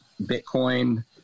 Bitcoin